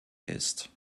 ist